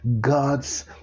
God's